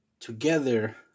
Together